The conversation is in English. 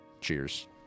cheers